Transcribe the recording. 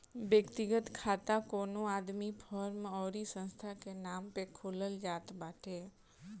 व्यक्तिगत खाता कवनो आदमी, फर्म अउरी संस्था के नाम पअ खोलल जात बाटे